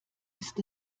ist